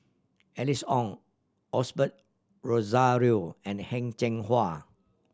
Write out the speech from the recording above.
Alice Ong Osbert Rozario and Heng Cheng Hwa